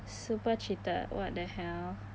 super cheated what the hell